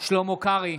שלמה קרעי,